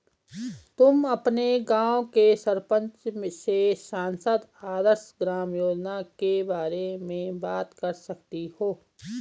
तुम अपने गाँव के सरपंच से सांसद आदर्श ग्राम योजना के बारे में बात कर सकती हो